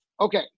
Okay